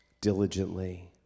diligently